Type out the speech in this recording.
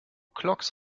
clogs